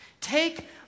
Take